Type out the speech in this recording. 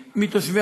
לטרמינל 2 לצורך